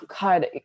God